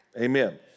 Amen